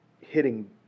hitting